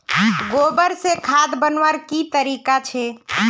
गोबर से खाद बनवार की तरीका छे?